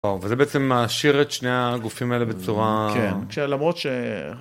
וזה בעצם מעשיר את שני הגופים האלה בצורה... כשלמרות ש.